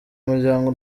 muryango